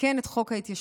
לתקן את חוק ההתיישנות.